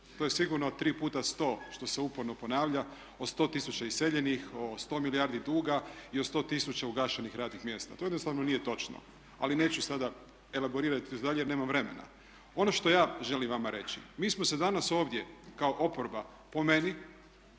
To je sigurno 3 puta 100 što se uporno ponavlja, o 100 000 iseljenih, o 100 milijardi duga i o 100 000 ugašenih radnih mjesta. To jednostavno nije točno, ali neću sada elaborirati dalje, jer nemam vremena. Ono što ja želim vama reći. Mi smo se danas ovdje kao oporba po meni